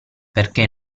perché